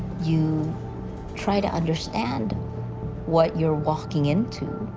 you try to understand what you're walking into.